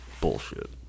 bullshit